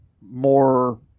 more